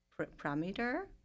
parameter